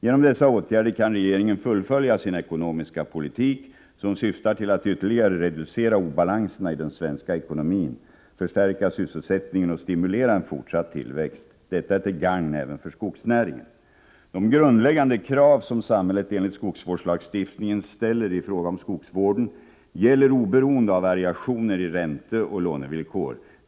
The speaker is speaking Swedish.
Genom dessa åtgärder kan regeringen fullfölja sin ekonomiska politik, som syftar till att ytterligare reducera obalanserna i den svenska ekonomin, förstärka sysselsättningen och stimulera en fortsatt tillväxt. Detta är till gagn även för skogsnäringen. De grundläggande krav som samhället enligt skogsvårdslagstiftningen ställer i fråga om skogsvården gäller oberoende av variationer i ränteoch lånevillkor.